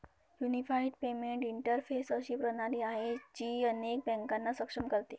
unified payment interface अशी प्रणाली आहे, जी अनेक बँकांना सक्षम करते